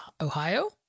Ohio